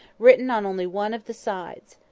written on only one of the sides.